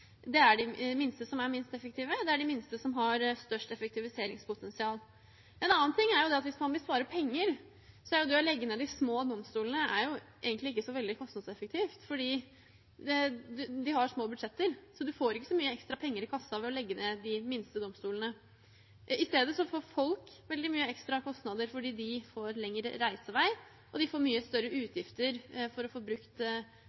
det sagt at det er de minste som er minst effektive. Det er de minste som har størst effektiviseringspotensial. En annen ting er at hvis man vil spare penger, er det å legge ned de små domstolene egentlig ikke så veldig kostnadseffektivt, fordi de har små budsjetter, så man får ikke så mye ekstra penger i kassa ved å legge ned de minste domstolene. I stedet får folk veldig mye ekstra kostnader fordi de får lengre reisevei, og de får mye større utgifter for å få brukt